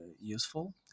useful